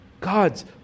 God's